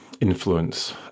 influence